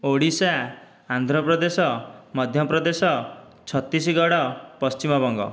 Odisha Andhra Pradesh Madhya Pradesh Chhattisgarh Paschimbanga